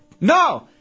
No